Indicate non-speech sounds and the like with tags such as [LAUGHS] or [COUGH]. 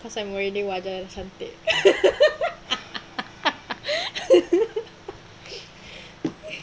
cause I'm already wajah yang cantik [LAUGHS]